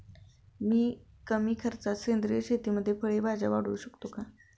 मी कमी खर्चात सेंद्रिय शेतीमध्ये फळे भाज्या वाढवू शकतो का?